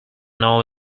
know